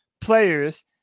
players